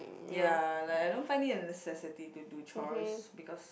ya like I don't find it a necessity to do chores because